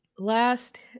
Last